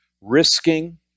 Risking